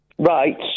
Right